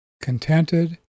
contented